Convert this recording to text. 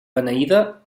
beneïda